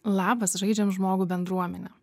labas žaidžiam žmogų bendruomene